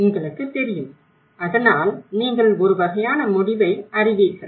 உங்களுக்குத் தெரியும் அதனால் நீங்கள் ஒரு வகையான முடிவை அறிவீர்கள்